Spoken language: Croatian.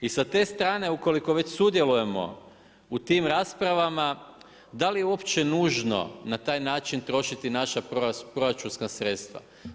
I sa te strane ukoliko već sudjelujemo u tim raspravama da li je uopće nužno na taj način trošiti naša proračunska sredstva.